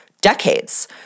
decades